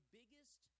biggest